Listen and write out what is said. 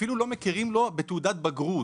אפילו לא מכירים לו בתעודת בגרות.